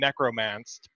necromanced